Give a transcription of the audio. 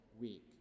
week